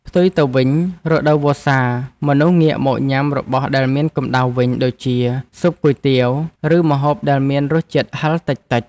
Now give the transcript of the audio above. ផ្ទុយទៅវិញរដូវវស្សាមនុស្សងាកមកញ៉ាំរបស់ដែលមានកម្តៅវិញដូចជាស៊ុបគុយទាវ ឬម្ហូបដែលមានរសជាតិហឹរតិចៗ។